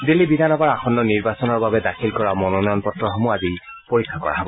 দিল্লী বিধানসভাৰ আসন্ন নিৰ্বাচনৰ বাবে দাখিল কৰা মনোনয়ন পত্ৰসমূহ আজি পৰীক্ষা কৰা হব